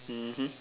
mmhmm